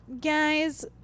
guys